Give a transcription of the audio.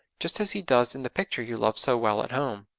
just as he does in the picture you love so well at home